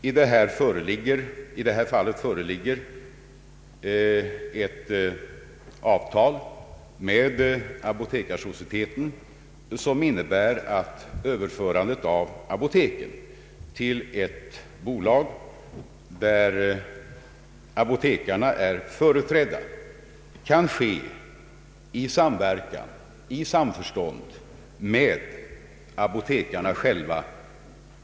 I detta fall föreligger ett avtal med Apotekarsocieteten, som innebär att överförandet av apoteken till ett bolag där apotekarna är företrädda kan ske i samverkan och samförstånd med apotekarna själva.